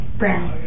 brown